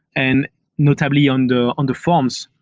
and notably and on the forms,